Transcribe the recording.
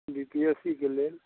बीपीएससीके लेल